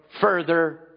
further